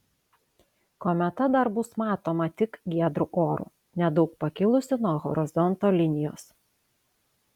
kometa dar bus matoma tik giedru oru nedaug pakilusi nuo horizonto linijos